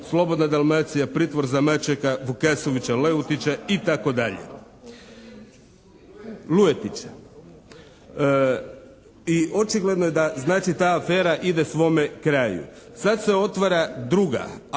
“Slobodna Dalmacija“ pritvor za Mačeka, Vukasovića, Leutića itd. Luetića. I očigledno je da znači ta afera ide svome kraju. Sad se otvara druga